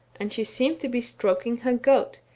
and she seemed to be stroking her goat,